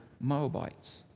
Moabites